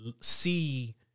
see –